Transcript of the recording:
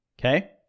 Okay